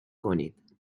کنید